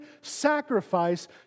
sacrifice